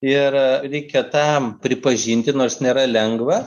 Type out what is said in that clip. ir reikia tam pripažintin nors nėra lengva